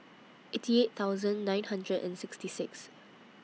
eighty eight thosuand nine hundred and sixty six